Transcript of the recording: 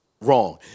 wrong